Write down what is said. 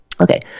Okay